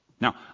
Now